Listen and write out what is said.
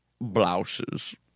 Blouses